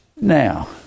Now